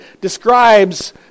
describes